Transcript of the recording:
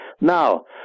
Now